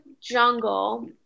Jungle